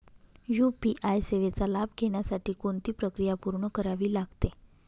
UPI सेवेचा लाभ घेण्यासाठी कोणती प्रक्रिया पूर्ण करावी लागते?